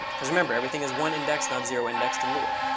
because, remember, everything is one index, not zero indexed in lua.